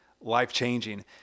life-changing